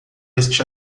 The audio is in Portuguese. este